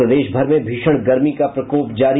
और प्रदेश भर में भीषण गर्मी का प्रकोप जारी